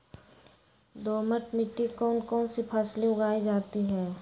दोमट मिट्टी कौन कौन सी फसलें उगाई जाती है?